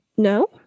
No